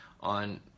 on